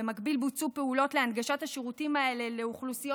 במקביל בוצעו פעולות להנגשת השירותים האלה לאוכלוסיות